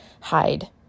hide